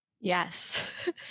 Yes